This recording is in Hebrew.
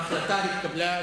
ההחלטה התקבלה,